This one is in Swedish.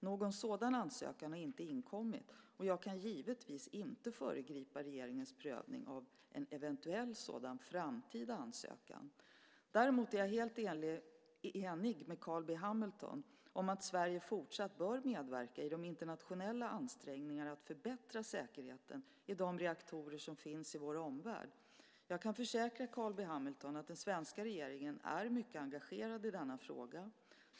Någon sådan ansökan har inte inkommit, och jag kan givetvis inte föregripa regeringens prövning av en eventuell sådan framtida ansökan. Däremot är jag helt enig med Carl B Hamilton om att Sverige fortsatt bör medverka i de internationella ansträngningarna att förbättra säkerheten i de reaktorer som finns i vår omvärld. Jag kan försäkra Carl B Hamilton att den svenska regeringen är mycket engagerad i denna fråga.